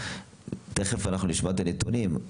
תכף נשמע את הנתונים.